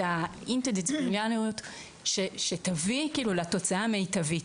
את האינטרדיסציפלינריות שתביא לתוצאה המיטבית.